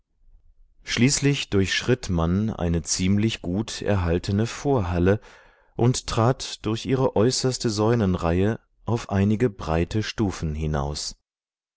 schließlich durchschritt man eine ziemlich gut erhaltene vorhalle und trat durch ihre äußerste säulenreihe auf einige breite stufen hinaus